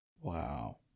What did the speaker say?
Wow